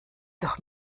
doch